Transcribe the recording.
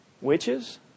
witches